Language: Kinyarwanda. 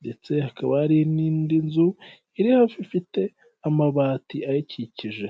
ndetse hakaba hari n'indi nzu iri hafi ifite amabati ayikikije.